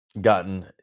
gotten